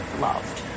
loved